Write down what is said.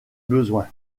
besoin